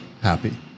happy